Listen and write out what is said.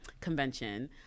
convention